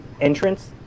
entrance